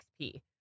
XP